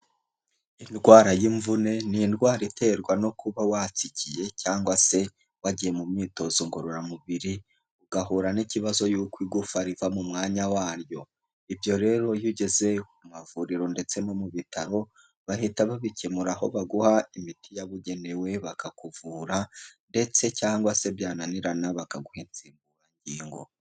Indwara y'imvune ni indwara iterwa no kuba watsikiye cyangwa se wagiye mu myitozo ngororamubiri ugahura n'ikibazo yuko igufawa riva mu mwanya waryo, ibyo rero iyo ugeze ku mavuriro ndetse no mu bitaro bahita babikemura aho baguha imiti yabugenewe bakakuvura, ndetse cyangwa se byananirana bakaguha insimburangingo.